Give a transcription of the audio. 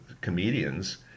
comedians